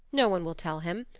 no one will tell him.